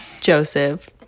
Joseph